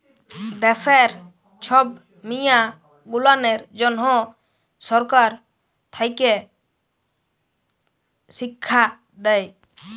দ্যাশের ছব মিয়াঁ গুলানের জ্যনহ সরকার থ্যাকে শিখ্খা দেই